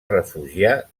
refugiar